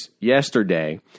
yesterday